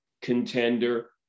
contender